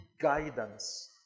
guidance